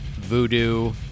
Voodoo